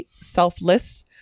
selfless